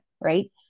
right